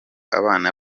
abana